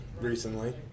recently